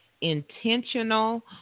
intentional